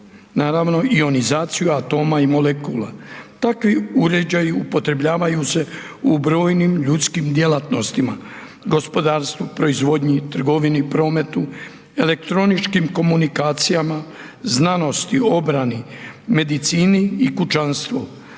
naravno ionizaciju atoma i molekula. Takvi uređaji upotrebljavaju se u brojnim ljudskim djelatnostima, gospodarstvu, proizvodnji, trgovini, prometu, elektroničkim komunikacijama, znanosti, obrani, medicini i kućanstvu.